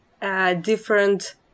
Different